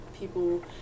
people